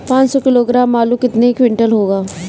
पाँच सौ किलोग्राम आलू कितने क्विंटल होगा?